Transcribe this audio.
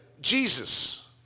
Jesus